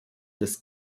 des